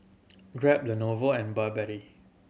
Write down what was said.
Grab the Lenovo and Burberry